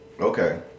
Okay